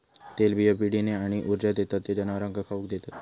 तेलबियो पिढीने आणि ऊर्जा देतत ते जनावरांका खाउक देतत